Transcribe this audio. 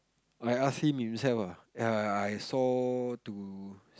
I ask him himself ah I I saw to